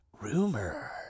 rumor